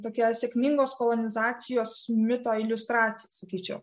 tokia sėkmingos kolonizacijos mito iliustracija sakyčiau